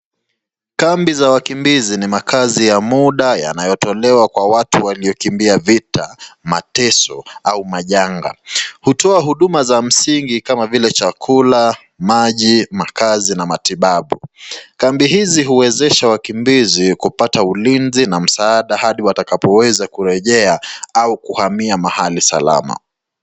Kambi za wakimbizi ni makazi ya muda yanayotolewa kwa watu waliokimbia vita, mateso au majanga. Hutoa huduma za misingi kama vile chakula, maji, makazi na matibabu. Kambi hizi huwezesha wakimbizi kupata ulinzi na msaada hadi watakapoweza kurejea au kuhamia mahali salama.